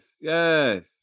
Yes